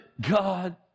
God